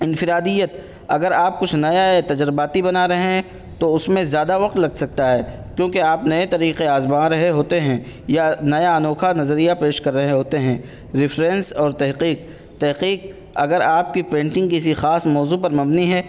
انفرادیت اگر آپ کچھ نیا یا تجرباتی بنا رہے ہیں تو اس میں زیادہ وقت لگ سکتا ہے کیونکہ آپ نئے طریقے آزما رہے ہوتے ہیں یا نیا انوکھا نظریہ پیش کر رہے ہوتے ہیں ریفرینس اور تحقیق تحقیق اگر آپ کی پینٹنگ کسی خاص موضوع پر مبنی ہے